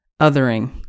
othering